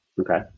Okay